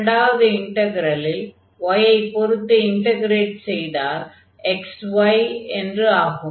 இரண்டாவது இன்டக்ரலில் y ஐ பொருத்து இன்டக்ரேட் செய்தால் xy என்று ஆகும்